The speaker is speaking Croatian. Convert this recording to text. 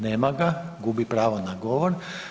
Nema ga, gubi pravo na govor.